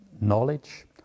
knowledge